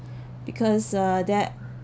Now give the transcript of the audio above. because uh there